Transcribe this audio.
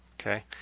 Okay